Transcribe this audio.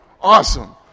awesome